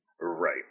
Right